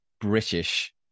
British